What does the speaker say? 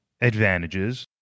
advantages